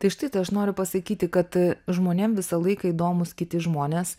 tai štai tai aš noriu pasakyti kad žmonėm visą laiką įdomūs kiti žmonės